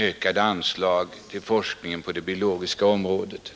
yrkanden om anslag till forskningen på det biologiska området.